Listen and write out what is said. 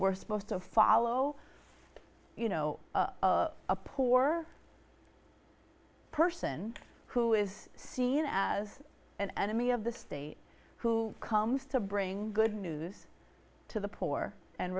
we're supposed to follow you know a poor a person who is seen as an enemy of the state who comes to bring good news to the poor and